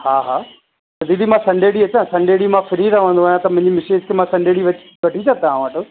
हा हा त दीदी मां संडे ॾींहुं अचां संडे ॾींहुं मां फ्री रहंदो आहियां त मिसिस खे मां संडे ॾींहुं वठी अचां तव्हां वटि